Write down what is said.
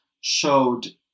showed